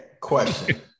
Question